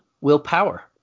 willpower